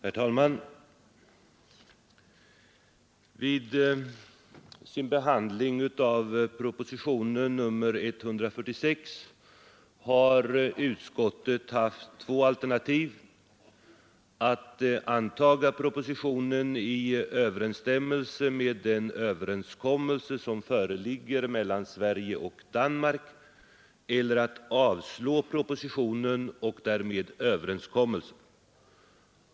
Herr talman! Vid sin behandling av propositionen 146 har utskottet haft två alternativ: att antaga propositionen i överensstämmelse med den överenskommelse som föreligger mellan Sverige och Danmark eller att avslå propositionen och därmed överenskommelsen.